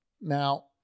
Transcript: Now